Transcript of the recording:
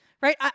right